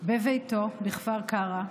בביתו בכפר קרע,